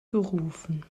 gerufen